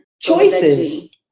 Choices